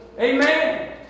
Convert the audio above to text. Amen